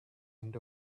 end